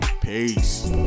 peace